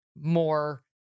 more